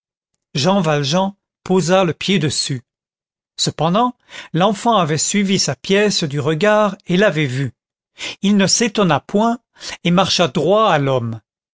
jean valjean posa le pied dessus cependant l'enfant avait suivi sa pièce du regard et l'avait vu il ne s'étonna point et marcha droit à l'homme